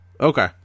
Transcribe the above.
Okay